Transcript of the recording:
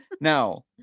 Now